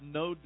no